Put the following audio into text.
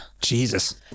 Jesus